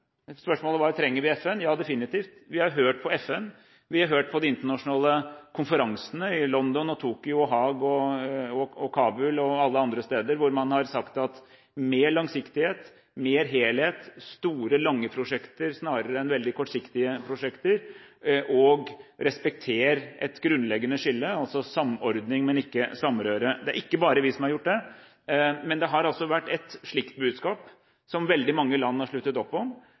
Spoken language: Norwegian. Spørsmålet var: Trenger vi FN? Ja, definitivt. Vi har hørt på FN, vi har hørt på de internasjonale konferansene i London, Tokyo, Haag, Kabul og alle andre steder hvor man har sagt mer langsiktighet, mer helhet, store lange prosjekter snarere enn veldig kortsiktige prosjekter, respekter et grunnleggende skille, altså samordning, men ikke samrøre. Det er ikke bare vi som har gjort det, men det har altså vært et slikt budskap, som veldig mange land har sluttet opp om,